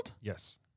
Yes